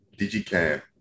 Digicam